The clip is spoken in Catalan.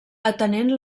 atenent